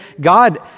God